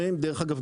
דרך אגב,